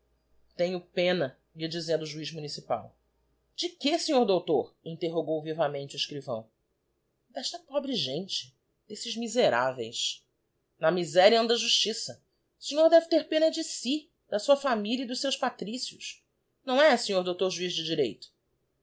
tenho pena ia dizendo o juiz municipal de que sr doutor interrogou vivamente o escrivão d'esta pobre gente esses miseraveis na miséria anda a justiça o sr deve ter pena é de si da sua família e dos seus patricios não é sr dr juiz de direito